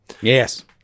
Yes